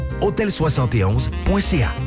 hôtel71.ca